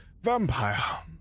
vampire